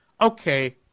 Okay